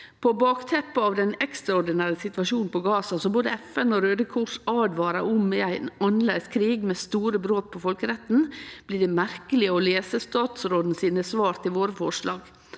Mot bakteppet av den ekstraordinære situasjonen i Gaza som både FN og Røde Kors åtvarar om at er ein annleis krig med store brot på folkeretten, blir det merkeleg å lese statsrådens svar til våre forslag.